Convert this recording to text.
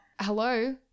hello